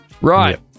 Right